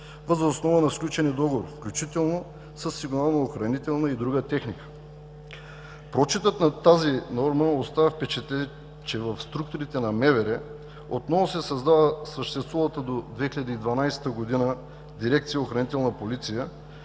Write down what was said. въз основа на сключени договори, включително със сигнално-охранителна и друга техника. Прочитът на тази норма остава впечатление, че в структурите на МВР отново се създава съществувалата до 2012 г. дирекция „Охранителна полиция“,